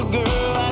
girl